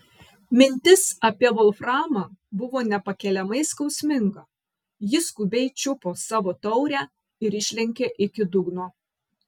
mintis apie volframą buvo nepakeliamai skausminga ji skubiai čiupo savo taurę ir išlenkė iki dugno